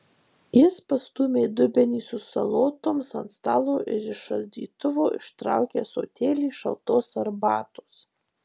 jis pastūmė dubenį su salotoms ant stalo ir iš šaldytuvo ištraukė ąsotėlį šaltos arbatos